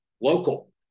local